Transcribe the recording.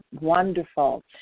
Wonderful